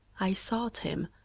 i sought him,